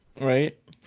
Right